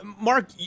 Mark